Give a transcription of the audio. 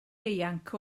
ieuanc